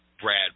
Brad